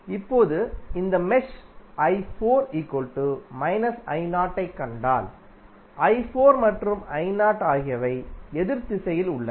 இப்போது இந்த மெஷ் ஐக் கண்டால் மற்றும் ஆகியவை எதிர் திசையில் உள்ளன